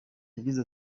yagize